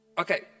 Okay